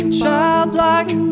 childlike